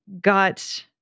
got